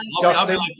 Justin